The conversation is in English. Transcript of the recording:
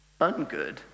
ungood